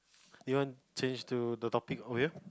you want change to the topic